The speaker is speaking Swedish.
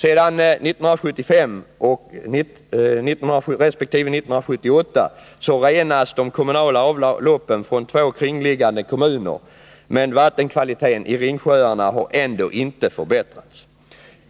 Sedan 1975 och 1978 renas de kommunala avloppen från två kringliggande kommuner, men vattenkvaliteten i Ringsjöarna har ändå inte förbättrats.